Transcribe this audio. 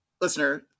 listener